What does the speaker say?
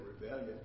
rebellion